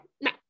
No